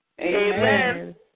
Amen